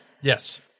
Yes